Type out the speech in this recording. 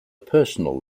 personal